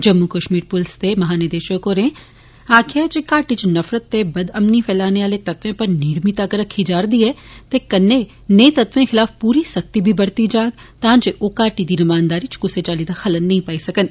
जम्मू कश्मीर पुलसै दे महानिदेशक होरें आक्खेआ ऐ घाटी च नफरत ते बदअमनी फैलाने आले तत्वें पर नेड़मी तक्क रक्खी जाग ते कन्नै नेह तत्वें खलाफ पूरी सख्ती बी परती जाग तां जे ओह् घाटी दी रमानदारी च क्सै चाली दा खलल नेई पाई सकन